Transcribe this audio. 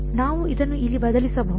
ನಾವು ಇದನ್ನು ಇಲ್ಲಿ ಬದಲಿಸಬಹುದು